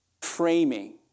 framing